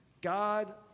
God